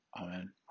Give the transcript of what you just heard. Amen